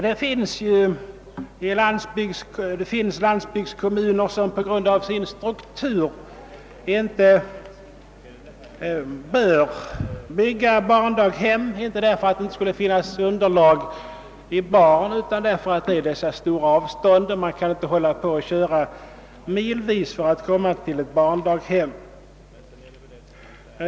Det finns landsbygdskommuner som på grund av sin struktur inte bör bygga barndaghem — inte därför att det inte skulle finnas underlag i barnantal utan på grund av de stora avstånden; man kan inte köra miltals för att komma till ett barndaghem.